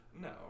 no